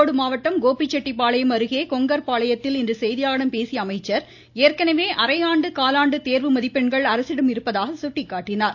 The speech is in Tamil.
ஈரோடு மாவட்டம் கோபிச்செட்டிப்பாளையம் அருகே கொங்கர்பாளையத்தில் இன்று செய்தியாளர்களிடம் பேசிய அமைச்சர் ஏற்கெனவே அரையாண்டு காலாண்டு தேர்வு மதிப்பெண்கள் அரசிடம் இருப்பதாக சுட்டிக்காட்டினார்